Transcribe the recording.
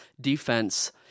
defense